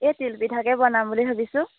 এই তিল পিঠাকে বনাম বুলি ভাবিছোঁ